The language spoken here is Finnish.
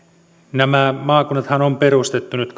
nämä kahdeksantoista maakuntaahan on nyt